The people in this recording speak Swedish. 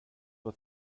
vad